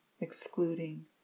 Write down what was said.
excluding